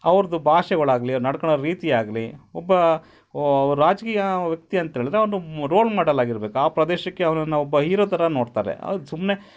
ಅವ್ರದ್ದು ಭಾಷೆಗಳಾಗ್ಲಿ ನಡ್ಕಳ ರೀತಿ ಆಗಲಿ ಒಬ್ಬ ರಾಜಕೀಯ ವ್ಯಕ್ತಿ ಅಂತೇಳಿದ್ರೆ ಅವನು ರೋಲ್ ಮಾಡೆಲ್ ಆಗಿರಬೇಕು ಆ ಪ್ರದೇಶಕ್ಕೆ ಅವನನ್ನ ಒಬ್ಬ ಹೀರೊ ಥರ ನೋಡ್ತಾರೆ ಅವ್ನು ಸುಮ್ಮನೆ